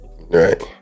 right